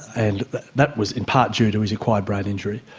and that was in part due to his acquired brain injury.